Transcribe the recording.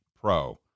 pro